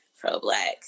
pro-black